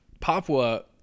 Papua